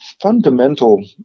fundamental